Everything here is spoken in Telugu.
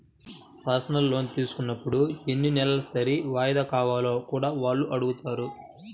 పర్సనల్ లోను తీసుకున్నప్పుడు ఎన్ని నెలసరి వాయిదాలు కావాలో కూడా వాళ్ళు అడుగుతారు